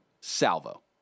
Salvo